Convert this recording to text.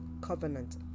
covenant